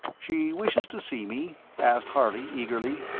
she wishes to see me? asked harley, eagerly.